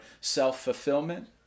self-fulfillment